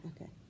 Okay